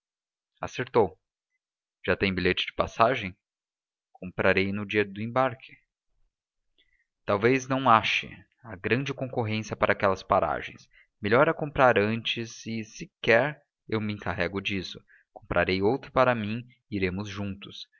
acertou já tem bilhete de passagem comprarei no dia do embarque talvez não ache há grande concorrência para aquelas paragens melhor é comprar antes e se quer eu me encarrego disso comprarei outro para mim e iremos juntos